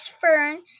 fern